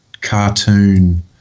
cartoon